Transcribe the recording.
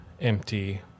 empty